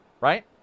right